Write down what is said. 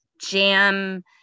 Jam